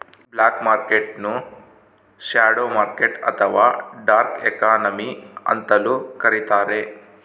block market ನ್ನು shadow market ಅಥವಾ dark economy ಅಂತಲೂ ಕರಿತಾರೆ